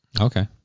Okay